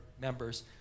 members